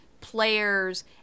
players